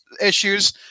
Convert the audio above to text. issues